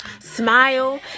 Smile